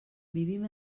vivim